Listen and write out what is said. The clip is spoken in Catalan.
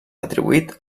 atribuït